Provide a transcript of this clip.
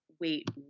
wait